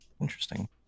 Interesting